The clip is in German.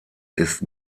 ist